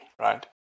right